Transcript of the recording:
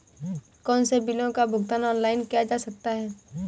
कौनसे बिलों का भुगतान ऑनलाइन किया जा सकता है?